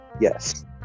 Yes